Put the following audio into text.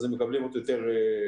אז הם מקבלים יותר תקציב,